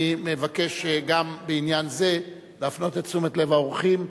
אני מבקש גם בעניין זה להפנות את תשומת לב האורחים,